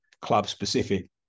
club-specific